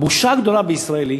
הבושה הגדולה בישראל היא